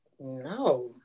No